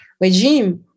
regime